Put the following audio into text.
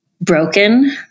broken